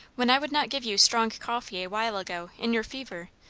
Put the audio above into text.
when i would not give you strong coffee a while ago, in your fever,